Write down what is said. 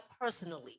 personally